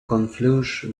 confluence